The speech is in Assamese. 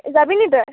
যাবি নেকি তই